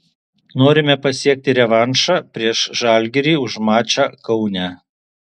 norime pasiekti revanšą prieš žalgirį už mačą kaune